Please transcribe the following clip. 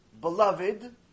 beloved